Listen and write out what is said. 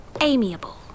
Amiable